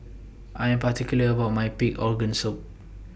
I Am particular about My Pig'S Organ Soup